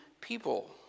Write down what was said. people